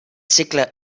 segle